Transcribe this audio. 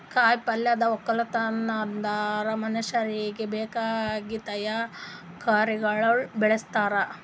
ಕಾಯಿ ಪಲ್ಯದ್ ಒಕ್ಕಲತನ ಅಂದುರ್ ಮನುಷ್ಯರಿಗಿ ಬೇಕಾಗಿದ್ ತರಕಾರಿಗೊಳ್ ಬೆಳುಸ್ತಾರ್